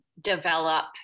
develop